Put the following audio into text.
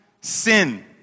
sin